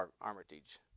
Armitage